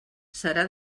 serà